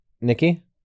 Nikki